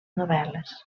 novel·les